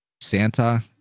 Santa